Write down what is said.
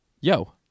Yo